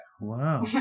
Wow